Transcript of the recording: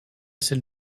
celle